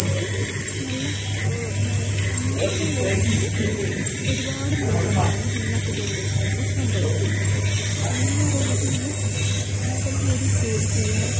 അപ്പോൾ നല്ല എന്താണ് പറയുക പണ്ടത്തെ അപേക്ഷിച്ച് ഒരുപാട് മാറ്റങ്ങളാണ് ഇന്നത്തെ ജനറേഷനിൽ സംഭവിക്കുന്നുള്ളത് ഇന്നെന്ന് പറയുന്നത് ഇന്ന് സ്ത്രീകളും കൂടി ജോലി ചെയ്യണം